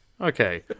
Okay